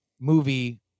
movie